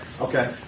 Okay